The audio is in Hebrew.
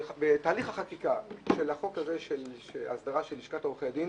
בתהליך החקיקה של החוק הזה של הסדרה של לשכת עורכי הדין